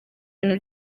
ibintu